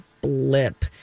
blip